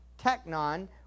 technon